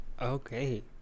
Okay